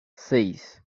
seis